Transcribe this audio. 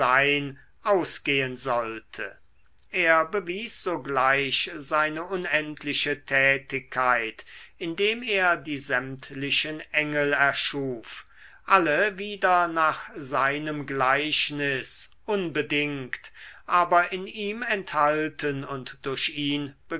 ausgehen sollte er bewies sogleich seine unendliche tätigkeit indem er die sämtlichen engel erschuf alle wieder nach seinem gleichnis unbedingt aber in ihm enthalten und durch ihn